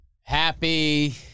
Happy